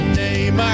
name